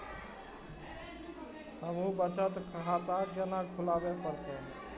हमू बचत खाता केना खुलाबे परतें?